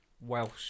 Welsh